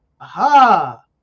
aha